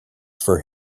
for